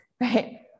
right